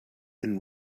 and